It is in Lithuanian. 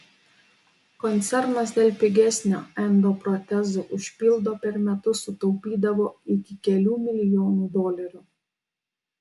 koncernas dėl pigesnio endoprotezų užpildo per metus sutaupydavo iki kelių milijonų dolerių